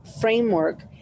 framework